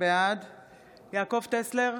בעד יעקב טסלר,